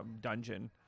dungeon